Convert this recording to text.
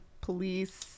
Police